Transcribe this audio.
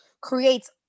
creates